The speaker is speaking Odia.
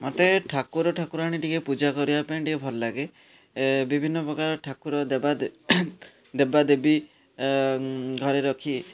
ମୋତେ ଠାକୁର ଠାକୁରାଣୀ ଟିକେ ପୂଜା କରିବାପାଇଁ ଟିକେ ଭଲ ଲାଗେ ବିଭିନ୍ନ ପ୍ରକାର ଠାକୁର ଦେବାଦେ ଦେବାଦେବୀ ଘରେ ରଖି